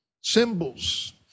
symbols